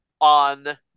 on